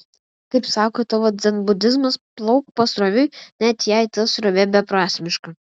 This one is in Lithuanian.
kaip sako tavo dzenbudizmas plauk pasroviui net jei ta srovė beprasmiška